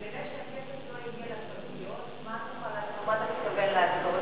וכשנגלה שהכסף לא הגיע לפגיות, מה תוכל לעשות?